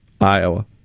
Iowa